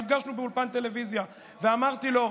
נפגשנו באולפן טלוויזיה ואמרתי לו,